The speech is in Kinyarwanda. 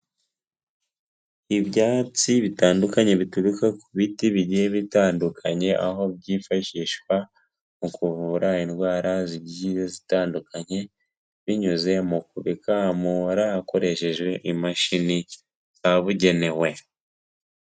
Ibyatsi bitandukanye bituruka ku biti bigiye bitandukanye, aho byifashishwa mu kuvura indwara zigiye zitandukanye, binyuze mu kubikamura, hakoresheje imashini zabugenewe.